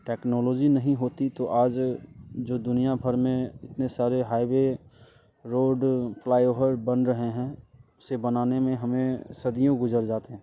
technology नहीं होती तो आज जो दुनिया भर में इतने सारे हाईवे रोड फ़्लाएओवर बन रहे हैं उसे बनाने में हमें सदियों गुज़र जाते